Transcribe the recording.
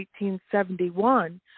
1871